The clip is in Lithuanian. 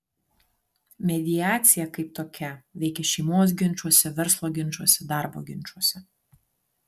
mediacija kaip tokia veikia šeimos ginčuose verslo ginčuose darbo ginčuose